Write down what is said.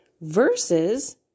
Versus